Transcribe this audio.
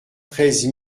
treize